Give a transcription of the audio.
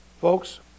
folks